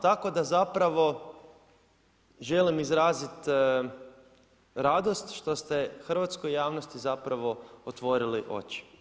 Tako da zapravo želim izraziti radost što ste hrvatskoj javnosti zapravo otvorili oči.